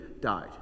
died